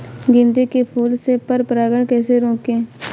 गेंदे के फूल से पर परागण कैसे रोकें?